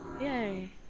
Yay